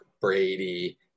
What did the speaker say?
Brady